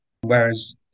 Whereas